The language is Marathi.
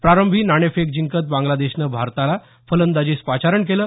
प्रारंभी नाणेफेक जिंकत बांग्लदेशनं भारताला फलंदाजीस पाचारण केलं